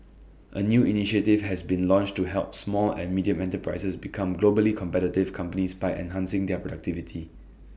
A new initiative has been launched to help small and medium enterprises become globally competitive companies by enhancing their productivity